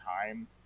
time